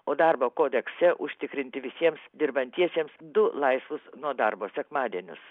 o darbo kodekse užtikrinti visiems dirbantiesiems du laisvus nuo darbo sekmadienius